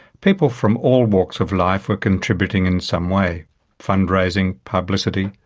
people from all walks of life were contributing in some way fund raising, publicity,